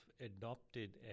adopted